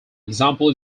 example